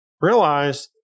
realize